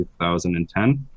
2010